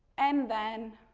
and then,